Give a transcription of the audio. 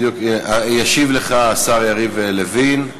ישיב לך השר יריב לוין,